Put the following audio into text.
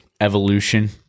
evolution